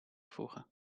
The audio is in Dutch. voegen